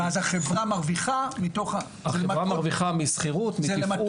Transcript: החברה מרוויחה משכירות, מתפעול.